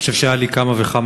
אני חושב שהיו לי כמה וכמה